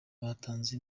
batanze